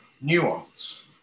nuance